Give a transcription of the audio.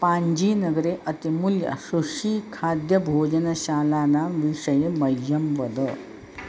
पाञ्जीनगरे अतिमूल्यसुषीखाद्यभोजनशालानां विषये मह्यं वद